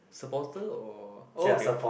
supporter or oh okay